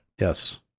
Yes